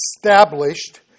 established